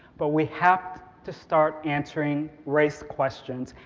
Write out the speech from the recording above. but we have to start answering race questions,